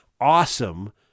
Awesome